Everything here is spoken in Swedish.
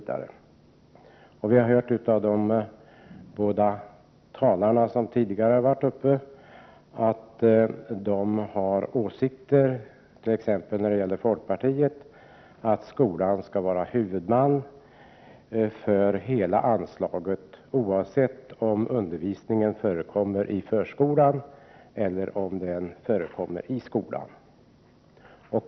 De båda talarna har här framfört olika åsikter. Folkpartiet anser att skolan skall vara huvudman för hela anslaget oavsett om undervisningen förekommer i förskolan eller i skolan.